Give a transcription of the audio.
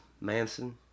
Manson